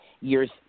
years